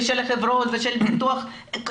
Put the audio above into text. של החברות ושל כל המשרדים.